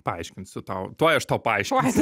paaiškinsiu tau tuoj aš tau paaiškinsiu